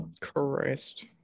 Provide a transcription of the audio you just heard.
Christ